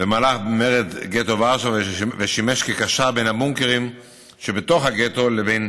במהלך מרד גטו ורשה ושימש כקשָר בין הבונקרים שבתוך הגטו לבין